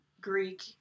greek